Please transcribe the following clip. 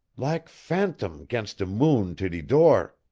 lak' phantome gainst de moon to de door.